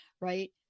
right